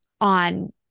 on